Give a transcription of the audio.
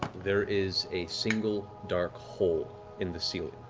there is a single dark hole in the ceiling.